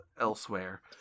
elsewhere